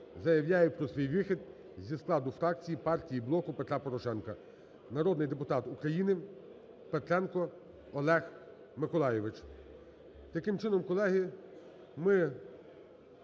заявляю про свій вихід зі складу фракції партії "Блоку Петра Порошенка". Народний депутат України Петренко Олег Миколайович". Таким чином, колеги, ми